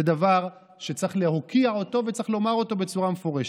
זה דבר שצריך להוקיע אותו וצריך לומר אותו בצורה מפורשת.